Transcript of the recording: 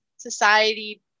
society